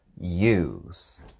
use